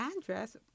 address